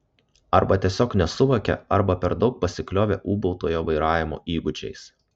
arba tiesiog nesuvokė arba per daug pasikliovė ūbautojo vairavimo įgūdžiais